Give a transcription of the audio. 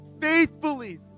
faithfully